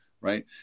right